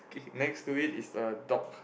next to it is a dog